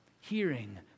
hearing